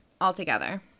altogether